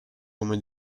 come